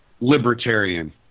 libertarian